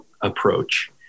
approach